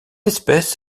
espèce